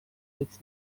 its